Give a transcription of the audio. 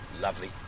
Lovely